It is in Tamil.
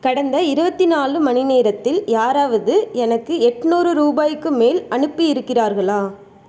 கடந்த இருபத்தி நாலு மணி நேரத்தில் யாராவது எனக்கு எட்நூறு ரூபாய்க்கு மேல் அனுப்பி இருக்கிறார்களா